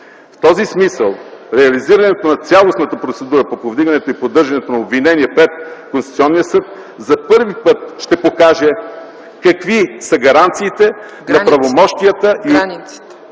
В този смисъл реализирането на цялостната процедура по повдигането и поддържането на обвинение пред Конституционния съд за първи път ще покаже какви са границите на правомощията и отговорностите